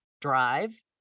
drive